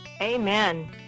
Amen